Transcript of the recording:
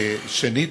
שנית,